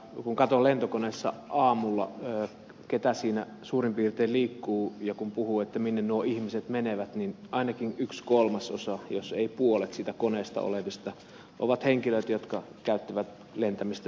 kun katson lentokoneessa aamulla keitä siinä suurin piirtein liikkuu ja kun puhuu että minne nuo ihmiset menevät niin ainakin yksi kolmasosa jos ei puolet siitä koneesta olevista on henkilöitä jotka käyttävät lentämistä niin sanottuun syöttöliikenteeseen